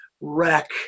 wreck